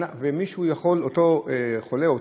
ואותו חולה,